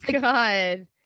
God